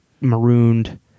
marooned